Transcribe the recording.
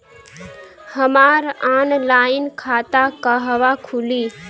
हमार ऑनलाइन खाता कहवा खुली?